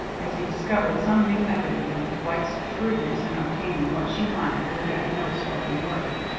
as he discovered some new evidence of his wife's shrewdness in obtaining what she wanted with yet no spoken word.